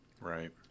Right